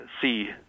see